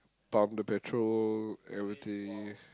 pump the petrol everything